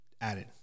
added